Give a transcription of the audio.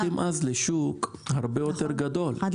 והם נפתחים אז לשוק הרבה יותר גדול כי